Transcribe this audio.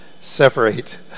separate